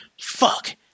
Fuck